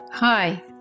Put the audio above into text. Hi